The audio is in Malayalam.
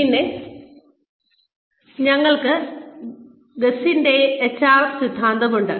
പിന്നെ ഞങ്ങൾക്ക് ഗസ്റ്റിന്റെ HRM സിദ്ധാന്തം ഉണ്ട്